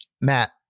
Matt